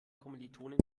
kommilitonen